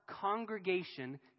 congregation